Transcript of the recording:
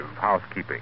housekeeping